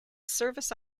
service